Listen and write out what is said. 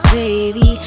baby